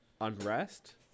unrest